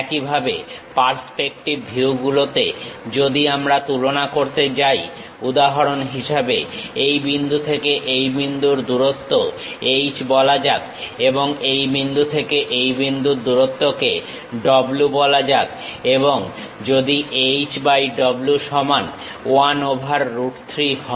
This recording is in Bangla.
একইভাবে পার্সপেক্টিভ ভিউ গুলোতে যদি আমরা তুলনা করতে যাই উদাহরণ হিসেবে এই বিন্দু থেকে এই বিন্দুর দূরত্বকে h বলা যাক এবং এই বিন্দু থেকে এই বিন্দুর দূরত্বকে w বলা যাক এবং যদি h বাই w সমান 1 ওভার রুট 3 হয়